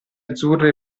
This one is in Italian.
azzurre